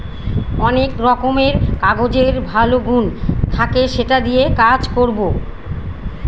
অনেক রকমের কাগজের ভালো গুন থাকে সেটা দিয়ে কাজ করবো